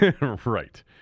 Right